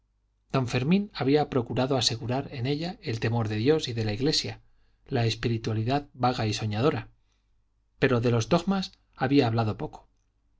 don fermín había procurado asegurar en ella el temor de dios y de la iglesia la espiritualidad vaga y soñadora pero de los dogmas había hablado poco